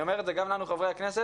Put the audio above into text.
אני אומר את זה גם לנו, חברי הכנסת,